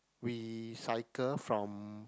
we cycle from